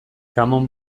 common